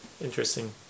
interesting